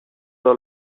dans